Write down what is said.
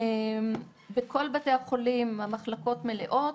בכל בתי החולים המחלקות מלאות.